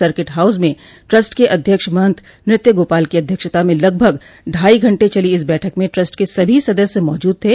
circuit house में trust के अध्यक्ष महंत नृत्य गोपाल की अध्यक्षता में लगभग ढाई घंटे चली इस बैठक में ट्रस्ट के सभी सदस्य मौजूद थे